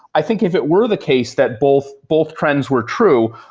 i think if it were the case that both both trends were true,